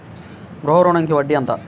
గృహ ఋణంకి వడ్డీ ఎంత?